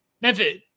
Memphis